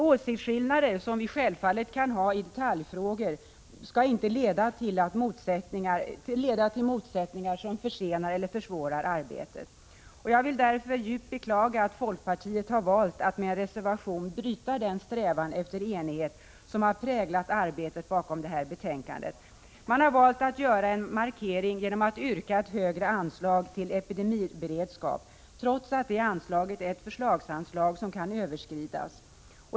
Åsiktsskillnader som självfallet kan finnas i detaljfrågor får inte leda till motsättningar som försenar eller försvårar arbetet. Jag vill därför djupt beklaga att folkpartiet har valt att med en reservation bryta den strävan efter enighet som har präglat arbetet bakom detta betänkande. Folkpartiet har valt att göra en markering genom att yrka ett högre anslag till epidemiberedskap, trots att det anslaget är ett förslagsanslag som kan överskridas.